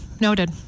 Noted